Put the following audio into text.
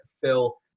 Phil